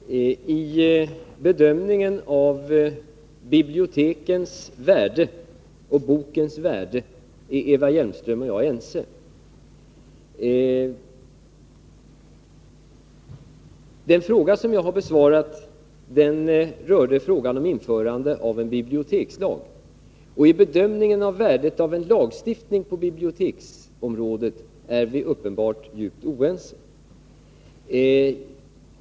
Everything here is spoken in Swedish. Herr talman! I bedömningen av bibliotekens värde och bokens värde är Eva Hjelmström och jag ense. Den fråga som jag har besvarat rörde införandet av en bibliotekslag, och i bedömningen av värdet av en lagstiftning på biblioteksområdet är vi uppenbarligen djupt oense.